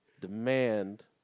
demand